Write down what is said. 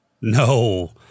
No